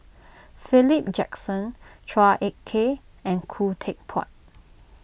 Philip Jackson Chua Ek Kay and Khoo Teck Puat